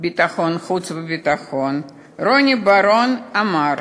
החוץ והביטחון דאז רוני בר-און אמר